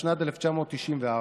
התשנ"ד 1994,